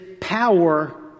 power